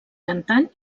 cantant